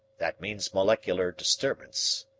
that means molecular disturbance.